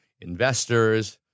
investors